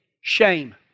Shame